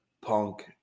Punk